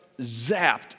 zapped